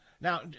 now